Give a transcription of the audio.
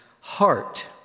heart